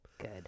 good